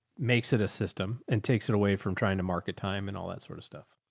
makes it a system and takes it away from trying to market time and all that sort of stuff.